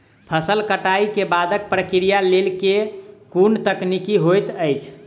फसल कटाई केँ बादक प्रक्रिया लेल केँ कुन तकनीकी होइत अछि?